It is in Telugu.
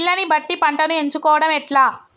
నీళ్లని బట్టి పంటను ఎంచుకోవడం ఎట్లా?